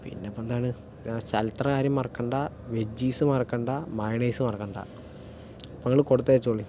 പിന്നിപ്പം എന്താണ് സൽത്ര കാര്യം മറക്കണ്ട വെജ്ജീസ് മറക്കണ്ട മയണൈസ് മറക്കണ്ട അപ്പോൾ ഇങ്ങള് കൊടുത്തയച്ചോളി